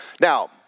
Now